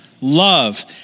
love